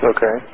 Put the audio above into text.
Okay